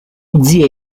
zia